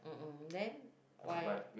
um then why